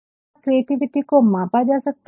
क्या क्रिएटिविटी को मापा जा सकता है